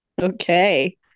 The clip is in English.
Okay